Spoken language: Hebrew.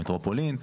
למטרופולין,